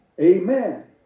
Amen